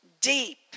deep